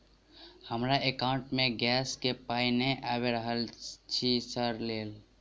हमरा एकाउंट मे गैस केँ पाई नै आबि रहल छी सँ लेल?